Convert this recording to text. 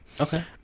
Okay